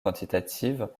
quantitative